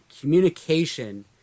communication